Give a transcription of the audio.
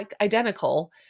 identical